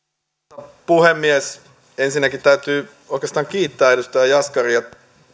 arvoisa puhemies ensinnäkin täytyy oikeastaan kiittää edustaja jaskaria